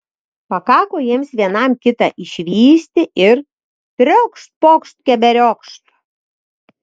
pakako jiems vienam kitą išvysti ir triokšt pokšt keberiokšt